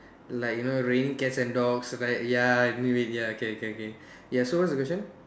like you know raining cats and dogs right ya I knew it ya okay K K ya so what's your question